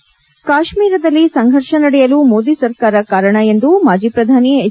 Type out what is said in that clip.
ಕಾಶ್ಮೀರದಲ್ಲಿ ಸಂಫರ್ಷ ನಡೆಯಲು ಮೋದಿ ಸರ್ಕಾರ ಕಾರಣ ಎಂದು ಮಾಜಿ ಪ್ರಧಾನಿ ಎಚ್